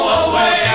away